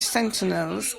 sentinels